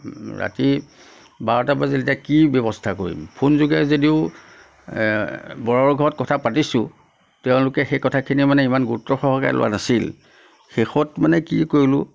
ৰাতি বাৰটা বাজিল এতিয়া কি ব্যৱস্থা কৰিম ফোন যোগেৰে যদিও বৰৰ ঘৰত কথা পাতিছোঁ তেওঁলোকে সেই কথাখিনি মানে ইমান গুৰুত্ব সহকাৰে লোৱা নাছিল শেষত মানে কি কৰিলো